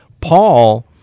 Paul